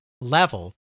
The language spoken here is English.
level